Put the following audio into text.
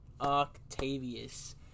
Octavius